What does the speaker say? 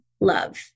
love